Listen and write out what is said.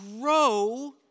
grow